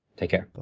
take care.